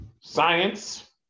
science